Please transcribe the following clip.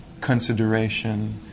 consideration